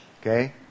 okay